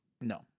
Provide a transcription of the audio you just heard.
No